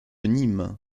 nîmes